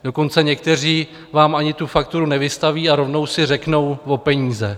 Dokonce někteří vám ani tu fakturu nevystaví a rovnou si řeknou o peníze.